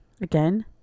again